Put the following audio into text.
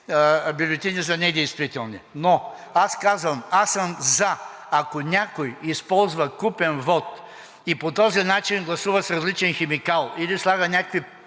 бюлетини за недействителни. Но аз казвам: аз съм за, ако някой използва купен вот и по този начин гласува с различен химикал или слага някакви